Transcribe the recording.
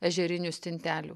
ežerinių stintelių